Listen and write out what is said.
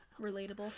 relatable